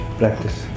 practice